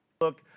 Look